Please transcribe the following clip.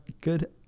good